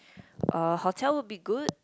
uh hotel will be good